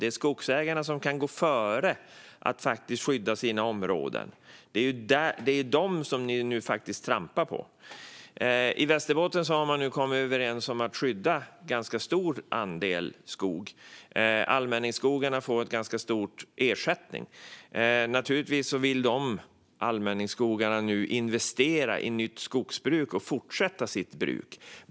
Det är skogsägarna som kan gå före och skydda sina områden, och det är dem man nu faktiskt trampar på. I Västerbotten har man kommit överens om att skydda en ganska stor andel skog. För allmänningsskogarna får markägarna en ganska stor ersättning, och naturligtvis vill de nu investera i nytt skogsbruk och fortsätta sitt bruk.